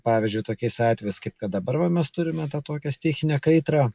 pavyzdžiui tokiais atvejais kaip kad dabar va mes turime tą tokią stichinę kaitrą